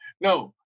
No